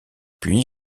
puis